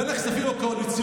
כל אלו, שיעור קטן